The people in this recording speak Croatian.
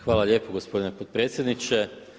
Hvala lijepo gospodine potpredsjedniče.